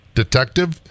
detective